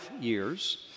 years